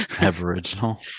Aboriginal